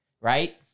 Right